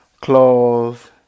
clothes